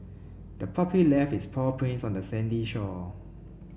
the puppy left its paw prints on the sandy shore